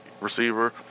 receiver